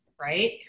right